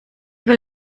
will